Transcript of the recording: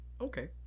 Okay